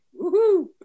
Woohoo